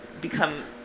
become